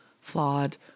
flawed